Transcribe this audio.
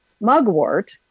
mugwort